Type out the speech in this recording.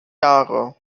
jahre